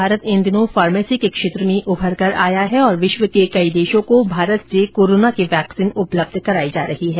भारत इन दिनों फार्मेसी के क्षेत्र में उभर कर आया है और विश्व के कई देशों को भारत से कोरोना की वैक्सीन उपलब्ध कराई जा रही है